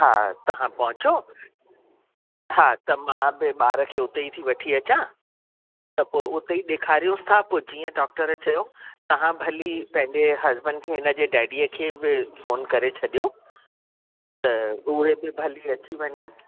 हा तव्हां पहुचो हा त मां बि ॿार खे हुते ई थी वठी अचां त पोइ उते ई ॾेखारियूंसि था पोइ जीअं डॉक्टर चयो तव्हां भली पंहिंजे हस्बैंड खे हिन जे डेडीअ खे बि फ़ोन करे छॾियो त उहे बि भली अची वञनि